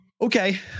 Okay